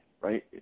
right